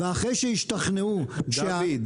ואחרי שהשתכנעו --- דוד,